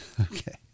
Okay